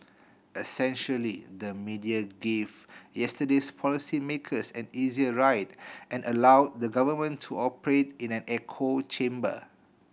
essentially the media gave yesterday's policy makers an easier ride and allowed the government to operate in an echo chamber